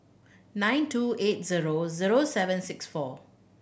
nine two eight zero zero seven six four